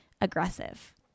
aggressive